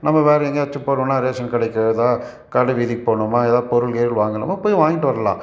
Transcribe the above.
நம்ம வேற எங்கேயாச்சும் போறோம்னா ரேஷன் கடைக்கு எதா கடை வீதிக்கு போனோமா எதா பொருள் கிருள் வாங்குனோமா போய் வாங்கிட்டு வரலாம்